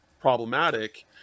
problematic